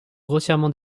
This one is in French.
grossièrement